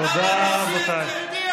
תודה, רבותיי.